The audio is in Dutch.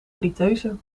friteuse